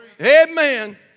Amen